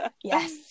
yes